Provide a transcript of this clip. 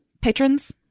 patrons